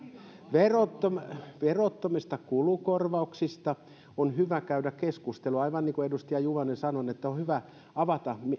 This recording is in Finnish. verottomista verottomista kulukorvauksista on hyvä käydä keskustelua aivan niin kuin edustaja juvonen sanoi on hyvä avata